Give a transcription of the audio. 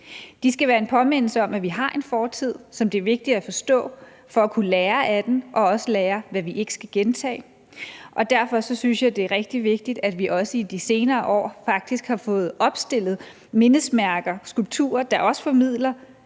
De skal være en påmindelse om, at vi har en fortid, som det er vigtigt at forstå for at kunne lære af den og også lære, hvad vi ikke skal gentage. Derfor synes jeg, det er rigtig vigtigt, at vi i de senere år har faktisk fået opstillet mindesmærker, skulpturer, der også formidler